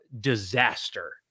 disaster